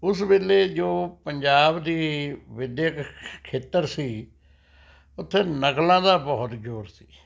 ਉਸ ਵੇਲੇ ਜੋ ਪੰਜਾਬ ਦੀ ਵਿੱਦਿਅਕ ਖੇਤਰ ਸੀ ਉੱਥੇ ਨਕਲਾਂ ਦਾ ਬਹੁਤ ਜ਼ੋਰ ਸੀ